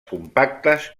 compactes